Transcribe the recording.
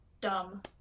Dumb